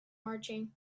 marching